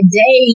day